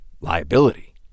liability